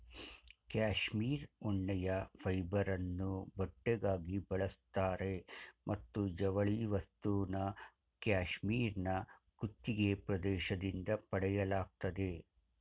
cashmere ಉಣ್ಣೆಯ ಫೈಬರನ್ನು ಬಟ್ಟೆಗಾಗಿ ಬಳಸ್ತಾರೆ ಮತ್ತು ಜವಳಿ ವಸ್ತುನ ಕ್ಯಾಶ್ಮೀರ್ನ ಕುತ್ತಿಗೆ ಪ್ರದೇಶದಿಂದ ಪಡೆಯಲಾಗ್ತದೆ